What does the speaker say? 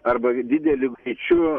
arba dideliu greičiu